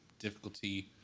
difficulty